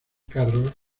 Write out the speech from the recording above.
carros